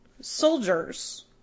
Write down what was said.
soldiers